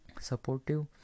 supportive